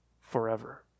forever